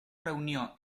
reunió